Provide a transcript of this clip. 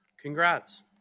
congrats